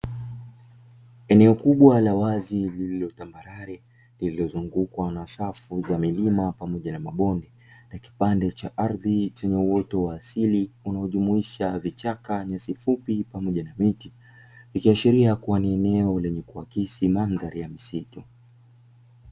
Eneo kubwa la wazi lililotambarare, lililozungukwa na safu za milima pamoja na mabonde, na kipande cha ardhi chenye uoto wa asili unaojumuisha: vichaka, nyasi fupi, pamoja na miti; ikiashiria kuwa ni eneo lenye kuakisi mandhari ya msitu.